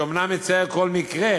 ואומנם מצער כל מקרה,